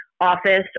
office